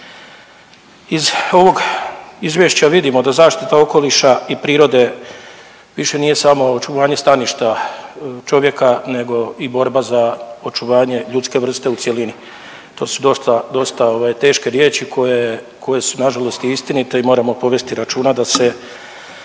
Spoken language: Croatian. Iz ovog izvješća vidimo da zaštita okoliša i prirode više nije samo očuvanje staništa čovjeka nego i borba za očuvanje ljudske vrste u cjelini. To su dosta, dosta ovaj teške riječi koje, koje su nažalost i istinite i moramo povesti računa da se